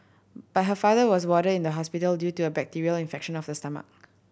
but her father was warded in the hospital due to a bacterial infection of the stomach